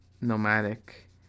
nomadic